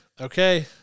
Okay